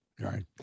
Right